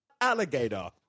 Alligator